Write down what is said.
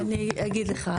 אני אגיד לך.